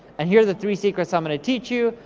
and here are the three secrets i'm gonna teach you.